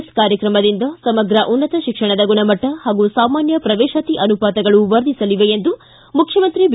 S ಕಾರ್ಯಕ್ರಮದಿಂದ ಸಮಗ್ರ ಉನ್ನತ ಶಿಕ್ಷಣದ ಗುಣಮಟ್ಟ ಹಾಗೂ ಸಾಮಾನ್ಯ ಪ್ರವೇಶಾತಿ ಅನುಪಾತಗಳು ವರ್ಧಿಸಲಿವೆ ಎಂದು ಮುಖ್ಯಮಂತ್ರಿ ಬಿ